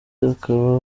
akaba